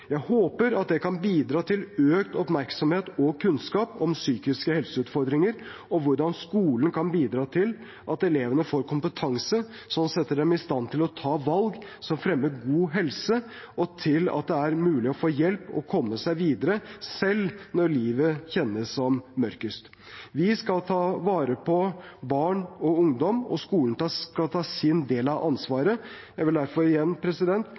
Jeg håper at det kan bidra til økt oppmerksomhet og kunnskap om psykiske helseutfordringer og hvordan skolen kan bidra til at elevene får kompetanse som setter dem i stand til å ta valg som fremmer god helse, og til at det er mulig å få hjelp og komme seg videre selv når livet kjennes som mørkest. Vi skal ta vare på barn og ungdom, og skolen skal ta sin del av ansvaret. Jeg vil derfor igjen